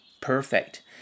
perfect